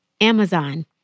Amazon